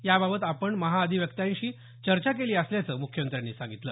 याबाबत आपण महाअधिवक्त्यांशी चर्चा केली असल्याचं मुख्यमंत्र्यांनी सांगितलं